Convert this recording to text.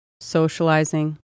socializing